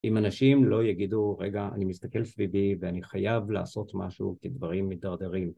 אם אנשים לא יגידו, רגע, אני מסתכל סביבי ואני חייב לעשות משהו כי דברים מדרדרים.